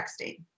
texting